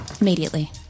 immediately